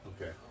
okay